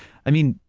i mean,